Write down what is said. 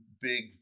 big